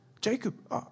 Jacob